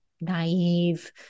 naive